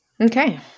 Okay